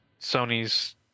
Sony's